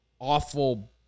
awful